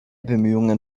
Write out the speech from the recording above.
bemühungen